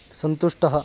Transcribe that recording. सन्तुष्टः